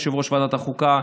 יושב-ראש ועדת החוקה,